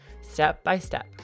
step-by-step